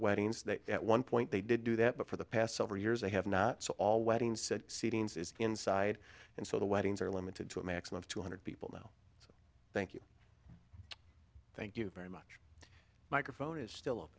weddings that at one point they did do that but for the past several years they have not so all weddings said inside and so the weddings are limited to a maximum of two hundred people now thank you thank you very much microphone is still